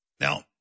Now